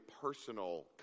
personal